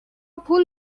پول